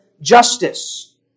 justice